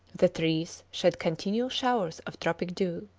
the trees shed continual showers of tropic dew.